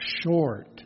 short